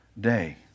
day